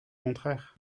contraire